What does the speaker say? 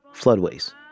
floodways